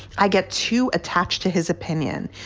i get too attached to his opinion.